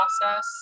process